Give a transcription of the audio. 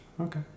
Okay